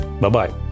Bye-bye